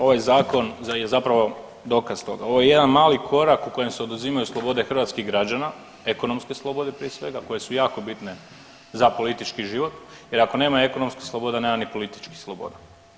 Ovaj zakon je zapravo dokaz toga, ovo je jedan mali korak u kojem se oduzimaju slobode hrvatskih građana, ekonomske slobode prije svega koje su jako bitne za politički život jer ako nema ekonomskih sloboda nema ni političkih sloboda.